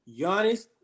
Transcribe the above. Giannis